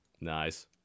Nice